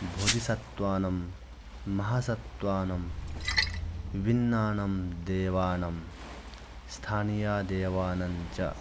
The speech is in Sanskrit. बोधिसत्वानां महासत्वानां विभिन्नानां देवानां स्थानीयदेवानाञ्च